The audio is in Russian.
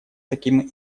таким